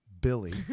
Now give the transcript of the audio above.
Billy